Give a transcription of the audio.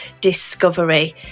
discovery